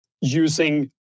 using